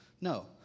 No